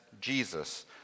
Jesus